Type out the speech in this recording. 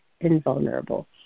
invulnerable